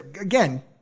again